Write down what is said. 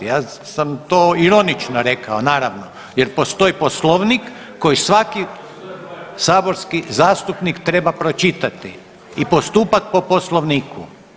Ja sam to ironično rekao naravno jer postoji Poslovnik koji svaki saborski zastupnik treba pročitati i postupat po Poslovniku.